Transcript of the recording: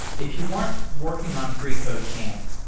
if you weren't working on freecodecamp,